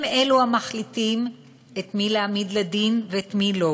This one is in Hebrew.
הם אלו המחליטים את מי להעמיד לדין ואת מי לא,